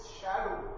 shadow